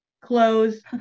clothes